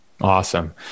Awesome